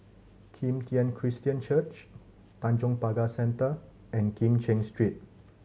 Kim Tian Christian Church Tanjong Pagar Centre and Kim Cheng Street